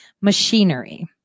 Machinery